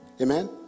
Amen